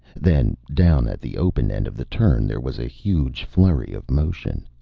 then, down at the open end of the turn, there was a huge flurry of motion.